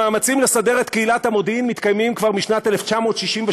המאמצים לסדר את קהילת המודיעין מתקיימים כבר משנת 1963,